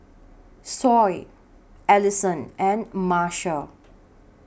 Sol Ellison and Marshal